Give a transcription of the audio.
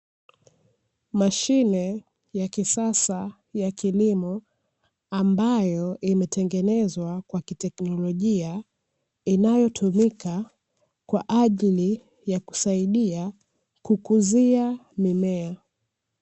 Mashine ya kisasa ya kilimo ambayo imetengenezwa kwa kitekinologia, inayotumika kwa ajili ya kusaidia kukuzia mimea.